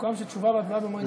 סוכם שתשובה והצבעה במועד אחר.